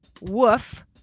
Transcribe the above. woof